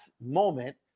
moment